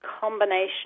combination